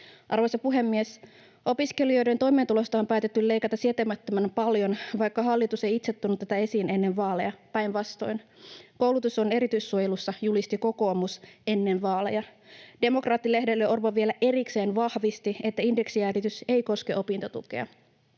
Arvoisa puhemies! Opiskelijoiden toimeentulosta on päätetty leikata sietämättömän paljon, vaikka hallitus ei itse ottanut tätä esiin ennen vaaleja, päinvastoin. Koulutus on erityissuojelussa, julisti kokoomus ennen vaaleja. Demokraatti-lehdelle Orpo vielä erikseen vahvisti, että indeksijäädytys ei koske opintotukea.